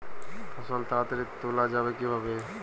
ফসল তাড়াতাড়ি তোলা যাবে কিভাবে?